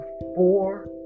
four